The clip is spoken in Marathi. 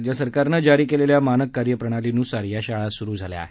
राज्य सरकारनं जारी केलेल्या मानक कार्यप्रणाली नुसार या शाळा सुरू झाल्या आहेत